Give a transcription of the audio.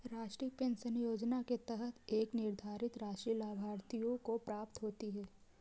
राष्ट्रीय पेंशन योजना के तहत एक निर्धारित राशि लाभार्थियों को प्राप्त होती है